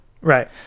Right